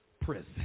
prison